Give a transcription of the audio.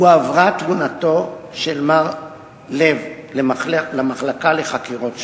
הועברה תלונתו של מר לב למחלקה לחקירות שוטרים.